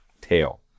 tail